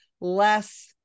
less